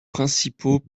principaux